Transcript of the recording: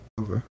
Okay